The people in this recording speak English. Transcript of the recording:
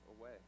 away